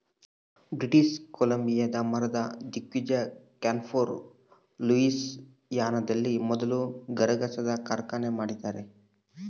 British ಕೊಲಂಬಿಯಾದ ಮರದ ದಿಗ್ಗಜ ಕ್ಯಾನ್ಫೋರ್ ಲೂಯಿಸಿಯಾನದಲ್ಲಿ ಮೊದಲ ಗರಗಸದ ಕಾರ್ಖಾನೆ ಮಾಡಿದ್ದಾರೆ